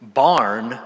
barn